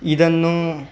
ಇದನ್ನು